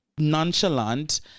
Nonchalant